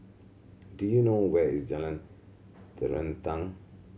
do you know where is Jalan Terentang